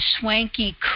swanky